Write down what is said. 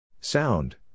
Sound